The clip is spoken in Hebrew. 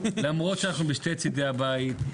למרות שאנחנו בשני צידי הבית,